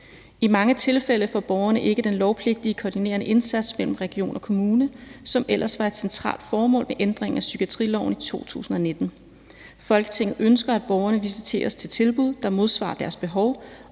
I mange tilfælde får borgere ikke den lovpligtige koordinerede indsats mellem region og kommune, som ellers var et centralt formål med ændringen af psykiatriloven i 2019. Folketinget ønsker, at borgerne visiteres til tilbud, der modsvarer deres behov,